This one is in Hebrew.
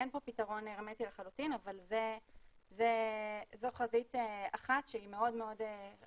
אין פה פתרון הרמטי לחלוטין אבל זו חזית אחת שהיא מאוד מאוד חשובה,